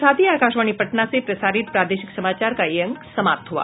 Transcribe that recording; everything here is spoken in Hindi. इसके साथ ही आकाशवाणी पटना से प्रसारित प्रादेशिक समाचार का ये अंक समाप्त हुआ